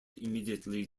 immediately